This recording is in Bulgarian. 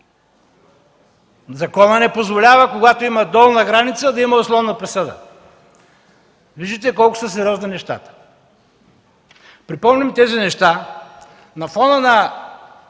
Законът не позволява, когато има долна граница, да има условна присъда. Виждате колко са сериозни нещата. Припомням тези неща на фона на